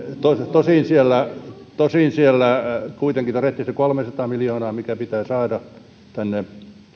tosin siellä tosin siellä kuitenkin todettiin se kolmesataa miljoonaa mikä pitää saada juuri tänne